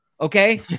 Okay